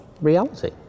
reality